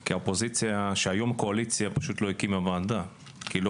כי האופוזיציה שהיום קואליציה פשוט לא הקימה ועדה כי היא לא